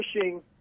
pushing